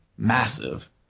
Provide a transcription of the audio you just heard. massive